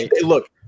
look